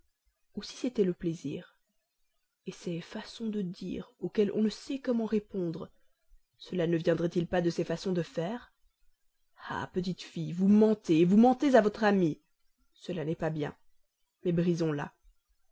ou si c'était le plaisir ses façons de dire auxquelles on ne sait comment répondre cela ne viendrait-il pas de ses façons de faire ah petite fille vous mentez vous mentez à votre amie cela n'est pas bien mais brisons là ce